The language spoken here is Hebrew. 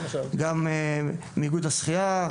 גם מאיגוד השחייה,